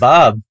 Bob